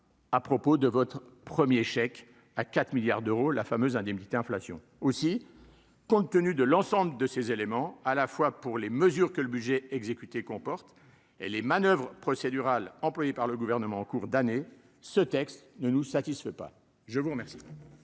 à propos de votre premier chèque à 4 milliards d'euros, la fameuse indemnité inflation aussi compte tenu de l'ensemble de ces éléments à la fois pour les mesures que le budget exécuté comporte et les manoeuvres procédurales employée par le gouvernement en cours d'année, ce texte ne nous satisfait pas, je vous remercie.